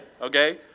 okay